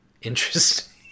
interesting